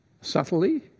subtly